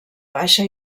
baixa